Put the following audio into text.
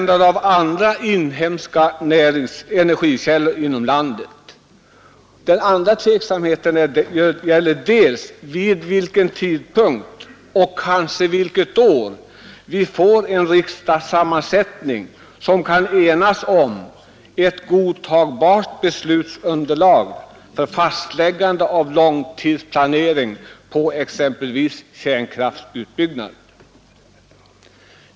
Den andra orsaken till tveksamhet är frågan vid vilken tidpunkt, kanske vilket år, vi får en riksdagssammansättning som kan enas om ett godtagbart beslutsunderlag för fastläggande av långtidsplanering för exempelvis kärnkraftutbyggnaden.